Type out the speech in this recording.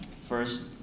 first